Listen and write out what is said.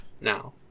Now